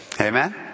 Amen